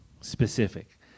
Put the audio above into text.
specific